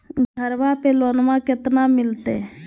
घरबा पे लोनमा कतना मिलते?